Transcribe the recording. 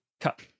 Cut